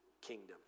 kingdom